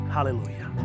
Hallelujah